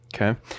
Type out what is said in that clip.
Okay